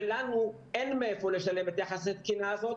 ולנו אין מאיפה לשלם את יחס התקינה הזה,